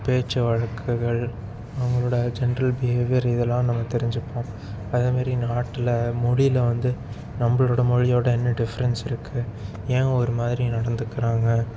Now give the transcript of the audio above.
பேச்சு வழக்குகள் அவங்களோடய ஜென்ரல் பிஹேவியர் இதெல்லாம் நம்ம தெரிஞ்சிப்போம் அதே மாரி நாட்டில் மொழியில் வந்து நம்மளோட மொழியோடய என்ன டிஃப்ரெண்ட்ஸ் இருக்குது ஏன் ஒரு மாதிரி நடந்துக்கிறாங்க